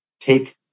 take